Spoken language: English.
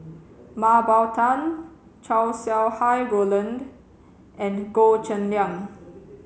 Mah Bow Tan Chow Sau Hai Roland and Goh Cheng Liang